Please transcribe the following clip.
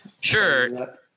Sure